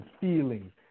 feelings